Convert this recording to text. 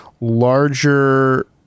larger